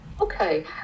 Okay